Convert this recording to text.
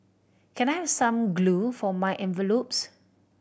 can I have some glue for my envelopes